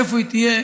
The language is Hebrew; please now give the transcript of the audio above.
איפה היא תהיה?